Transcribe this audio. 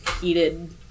heated